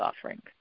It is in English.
offering